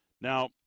Now